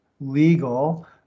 legal